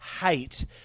hate